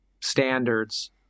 standards